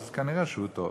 אז נראה שהוא טוב.